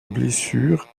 blessures